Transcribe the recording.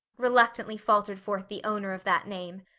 reluctantly faltered forth the owner of that name,